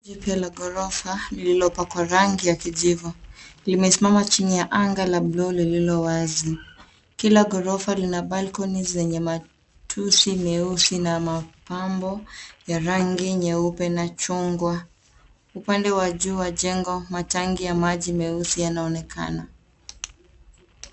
Jengo jipya la ghorofa lililopakwa rangi ya kijivu. Limesimama chini ya anga la buluu lililowazi. Kila ghorofa lina balcony zenye matusi meusi na mapambo ya rangi nyeupe na rangi ya chungwa . Upande wa juu wa jengo matangi ya maji meusi yanaonekana.